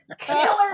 Taylor